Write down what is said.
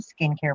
skincare